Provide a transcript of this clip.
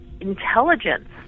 intelligence